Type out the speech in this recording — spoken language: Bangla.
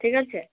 ঠিক আছে